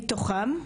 מתוכם,